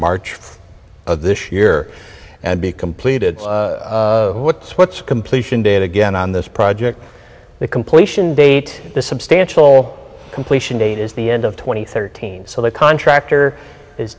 march of this year and be completed what's what's completion date again on this project the completion date the substantial completion date is the end of two thousand and thirteen so the contractor is